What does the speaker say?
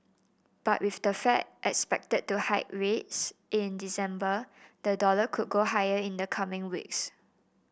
but with the Fed expected to hike rates in December the dollar could go higher in the coming weeks